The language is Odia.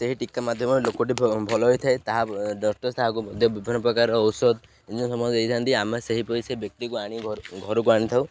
ସେହି ଟୀକା ମାଧ୍ୟମରେ ଲୋକଟି ଭଲ ହେଇଥାଏ ତାହା ଡ଼କ୍ଟର୍ ତାହାକୁ ମଧ୍ୟ ବିଭିନ୍ନ ପ୍ରକାର ଔଷଧ ଈଂଜେକ୍ସନ୍ ସମସ୍ତ ଦେଇଥାନ୍ତି ଆମେ ସେହିପରି ସେ ବ୍ୟକ୍ତିକୁ ଆଣି ଘରକୁ ଆଣିଥାଉ